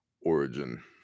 Origin